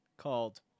called